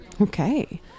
Okay